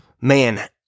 Man